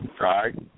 right